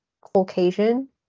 Caucasian